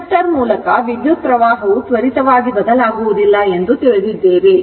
inductor ಮೂಲಕ ವಿದ್ಯುತ್ಪ್ರವಾಹವು ತ್ವರಿತವಾಗಿ ಬದಲಾಗುವುದಿಲ್ಲ ಎಂದು ತಿಳಿದಿದ್ದೇವೆ